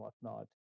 whatnot